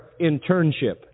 internship